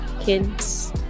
kids